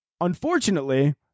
Unfortunately